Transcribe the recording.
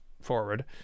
forward